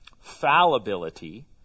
fallibility